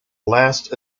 last